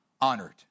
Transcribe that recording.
honored